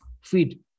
feed